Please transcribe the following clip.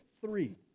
three